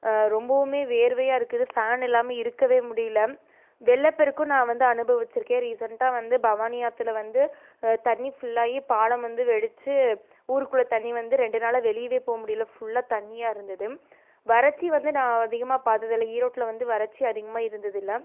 ரொம்பவுமே வேர்வையாக இருக்குது ஃபேன் இல்லாமல் இருக்கவே முடியல வெள்ளப்பெருக்கும் நான் வந்து அனுபவிச்சுருக்கேன் ரீசென்ட்டாக வந்து பவானி ஆற்றுல வந்து தண்ணி ஃபுல்லாயி பாலம் வந்து வெடிச்சு ஊருக்குள்ளே தண்ணி வந்து ரெண்டு நாளாக வெளியவே போ முடியல ஃபுல்லாக தண்ணியாக இருந்துது வறட்சி வந்து நான் அதிகமாக பாத்ததில்லை ஈரோட்டில் வந்து வறட்சி அதிகமாக இருந்ததில்லை